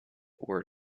were